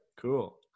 cool